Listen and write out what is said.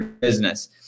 business